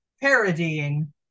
parodying